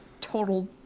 total